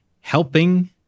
helping